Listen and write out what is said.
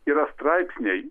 yra straipsniai